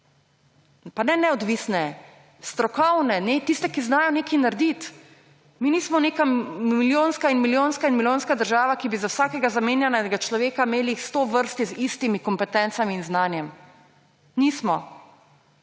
Pa ne neodvisne; strokovne, tiste, ki znajo nekaj narediti. Mi nismo neka milijonska in milijonska in milijonska država, ki bi za vsakega zamenjanega človeka jih imeli sto v vrsti z istimi kompetencami in znanjem, nismo.